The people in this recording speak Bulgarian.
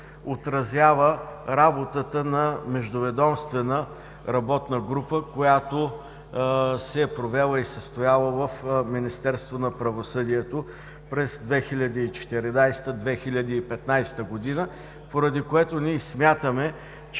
отразява работата на междуведомствена работна група, която се е провела и състояла в Министерството на правосъдието през 2014 – 2015 г., поради което смятаме,